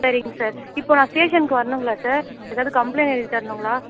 சரிங்க சார் இப்போது நான் ஸ்டேஷனுக்கு வரணுங்களா சார் ஏதாவது கம்ப்ளைண்ட் எழுதி தரணுங்களா